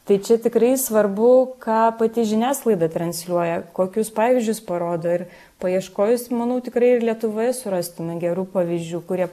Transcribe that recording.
tai čia tikrai svarbu ką pati žiniasklaida transliuoja kokius pavyzdžius parodo ir paieškojus manau tikrai ir lietuvoje surastume gerų pavyzdžių kurie